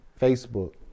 facebook